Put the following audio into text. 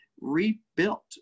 rebuilt